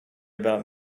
about